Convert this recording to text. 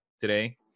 today